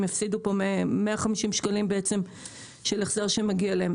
יפסידו פה 150 שקלים של החזר שמגיע להם.